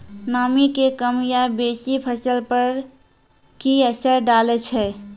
नामी के कम या बेसी फसल पर की असर डाले छै?